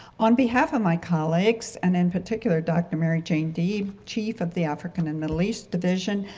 on behalf of my colleagues and in particular, dr. mary-jane deeb, chief of the african and middle east division,